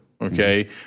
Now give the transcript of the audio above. okay